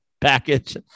package